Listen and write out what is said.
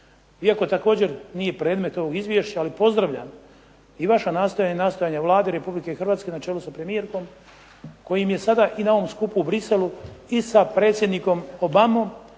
Iako također nije predmet ovog izvješća, ali pozdravljam i vaša nastojanja i nastojanja Vlade Republike Hrvatske na čelu sa premijerkom kojim je sada i na ovom skupu u Bruxellesu i sa predsjednikom Obamom